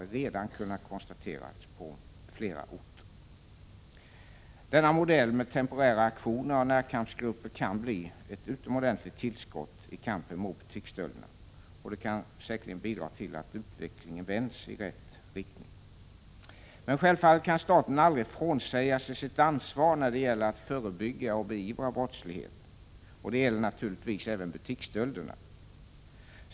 Det har redan kunnat konstateras på flera orter. Denna modell med temporära aktioner av närkampsgrupper kan bli ett utomordentligt tillskott i kampen mot butiksstölderna. Den kan säkerligen bidra till att utvecklingen vänds i rätt riktning. Men självfallet kan staten aldrig frånsäga sig sitt ansvar när det gäller att förebygga och beivra brottslighet, och det gäller naturligtvis även butiksstölderna.